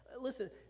Listen